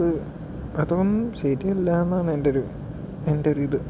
അത് അതും ശരിയല്ലായെന്നാണ് എൻ്റെ ഒരു എൻ്റെ ഒരിത്